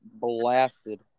blasted